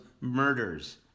murders